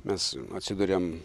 mes atsiduriam